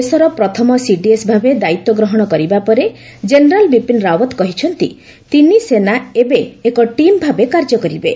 ଦେଶର ପ୍ରଥମ ସିଡିଏସ୍ ଭାବେ ଦାୟିତ୍ୱ ଗ୍ରହଣ କରିବାପରେ ଜେନେରାଲ୍ ବିପିନ୍ ରାୱତ୍ କହିଛନ୍ତି ତିନି ସେନା ଏବେ ଏକ ଟିମ୍ ଭାବେ କାର୍ଯ୍ୟ କରିବେ